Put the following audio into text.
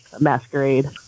Masquerade